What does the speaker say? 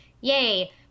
yay